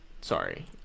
sorry